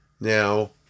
Now